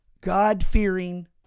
God-fearing